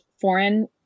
foreign